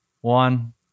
one